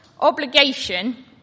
Obligation